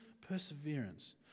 perseverance